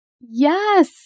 Yes